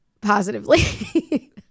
positively